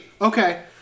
Okay